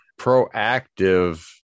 Proactive